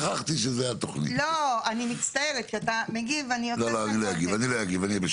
אני מצטערת, כי אתה מגיב ואני יוצאת מההקשר.